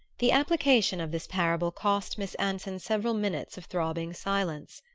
the application of this parable cost miss anson several minutes of throbbing silence.